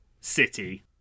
city